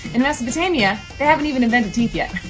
in mesopotamia, they haven't even invented teeth yet.